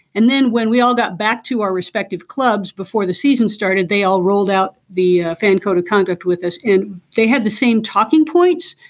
and then when we all got back to our respective clubs before the season started they all rolled out the fan code of contact with us and they had the same talking points.